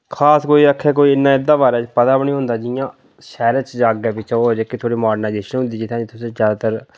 खास कोई आक्खे कोई इन्नै इंदे बारे च पता बी नेईं होंदा जियां शैह्रें च ऐ थोड़ी माडर्नाइजेशन होंदी ऐ जित्थे नि उत्थै ज्यादातर